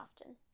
often